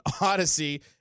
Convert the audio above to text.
Odyssey